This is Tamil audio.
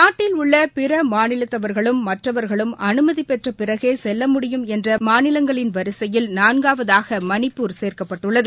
நாட்டில் உள்ள பிற மாநிலத்தவர்களும் மற்றவர்களும் அனுமதிபெற்ற பிறகே செல்ல முடியும் என்ற மாநிலங்களின் வரிசையில் நான்காவதாக மணிப்பூர் சேர்க்கப்பட்டுள்ளது